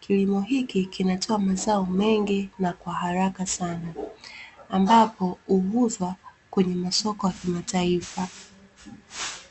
Kilimo hiki kinatoa mazao mengi na kwa haraka sana, ambapo huuzwa kwenye masoko ya kimataifa.